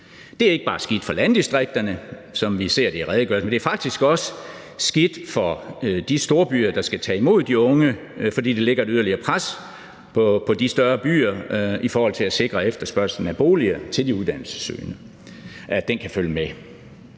Det er ikke bare skidt for landdistrikterne, som vi ser det i redegørelsen, men det er faktisk også skidt for de storbyer, der skal tage imod de unge, fordi det lægger et yderligere pres på de større byer i forhold til at sikre, at efterspørgslen af boliger til de uddannelsessøgende kan følge med.